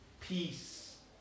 peace